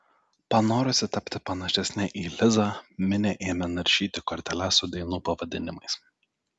panorusi tapti panašesnė į lizą minė ėmė naršyti korteles su dainų pavadinimais